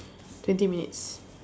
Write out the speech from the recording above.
twenty minutes